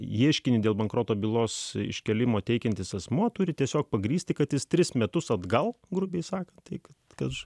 ieškinį dėl bankroto bylos iškėlimo teikiantis asmuo turi tiesiog pagrįsti kad jis tris metus atgal grubiai sakant tik kad